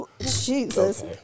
Jesus